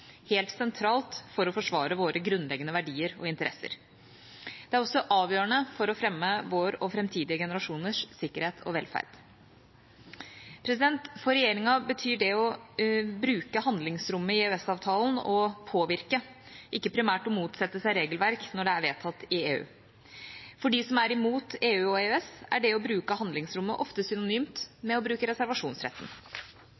helt sentralt for å forsvare våre grunnleggende verdier og interesser. Det er også avgjørende for å fremme vår og framtidige generasjoners sikkerhet og velferd. For regjeringa betyr det å bruke handlingsrommet i EØS-avtalen å påvirke, ikke primært å motsette seg regelverk når det er vedtatt i EU. For de som er imot EU og EØS er det å «bruke handlingsrommet» ofte synonymt